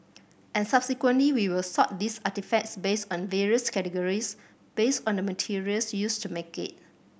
and subsequently we will sort these artefacts based on various categories based on the materials used to make it